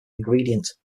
ingredient